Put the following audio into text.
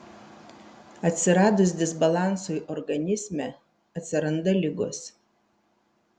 atsiradus disbalansui organizme atsiranda ligos